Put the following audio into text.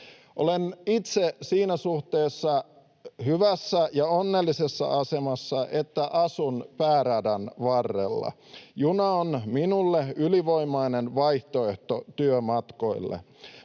Olen itse siinä suhteessa hyvässä ja onnellisessa asemassa, että asun pääradan varrella. Juna on minulle ylivoimainen vaihtoehto työmatkoille.